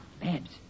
Babs